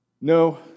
No